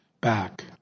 back